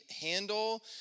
handle